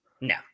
No